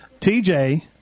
TJ